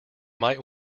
might